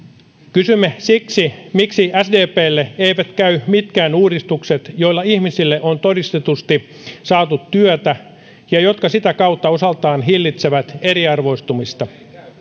kysymme siksi miksi sdplle eivät käy mitkään uudistukset joilla ihmisille on todistetusti saatu työtä ja jotka sitä kautta osaltaan hillitsevät eriarvoistumista